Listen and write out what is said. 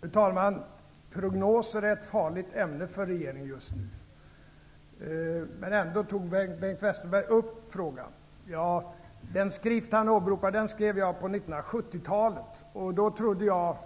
Fru talman! Prognoser är ett farligt ämne för regeringen just nu. Men Bengt Westerberg tog ändå upp frågan. Den bok som Bengt Westerberg åberopar skrev jag på 1970-talet, och då trodde jag,